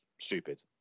stupid